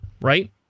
right